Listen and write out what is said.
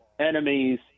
enemies